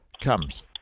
comes